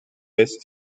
best